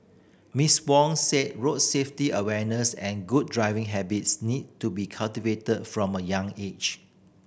Miss Wong said road safety awareness and good driving habits need to be cultivated from a young age